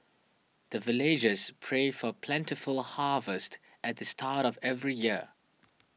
the villagers pray for plentiful harvest at the start of every year